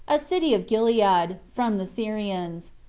a city of gilead, from the syrians.